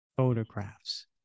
photographs